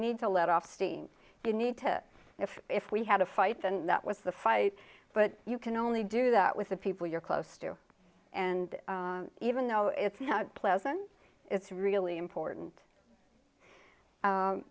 need to let off steam you need to if if we had a fight and that was the fight but you can only do that with the people you're close to and even though it's not pleasant it's really important